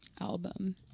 album